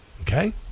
Okay